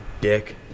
dick